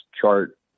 chart